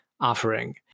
offering